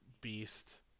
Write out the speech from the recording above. beast